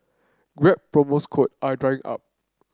grab promos code are drying up